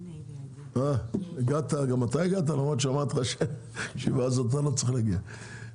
גם אתה הגעת למרות שאמרתי לך שאתה לא צריך להגיע לישיבה הזאת?